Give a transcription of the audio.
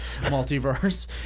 multiverse